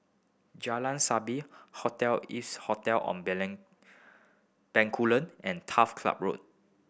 Jalan Sabit Hotel Ibis Hotel Bencoolen and Turf Club Road